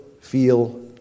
feel